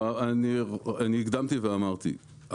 אני הקדמתי ואמרתי.